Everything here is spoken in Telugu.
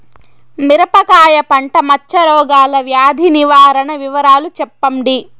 మిరపకాయ పంట మచ్చ రోగాల వ్యాధి నివారణ వివరాలు చెప్పండి?